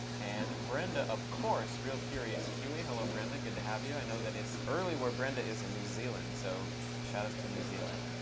and brenda, of course, realcuriouskiwi. hello, brenda. good to have you. i know that it's early where brenda is in new zealand. so shout outs to new zealand.